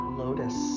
lotus